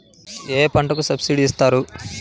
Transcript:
ఏ పంటకు సబ్సిడీ ఇస్తారు?